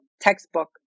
textbook